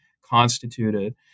constituted